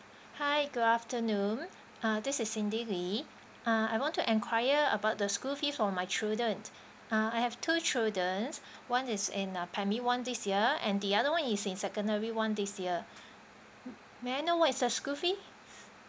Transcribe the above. hi good afternoon ah this is cindy lee ah I want to enquire about the school fees for my children ah I have two children one is in uh primary one this year and the other one is in secondary one this year m~ may I know what is the school fee